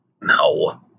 No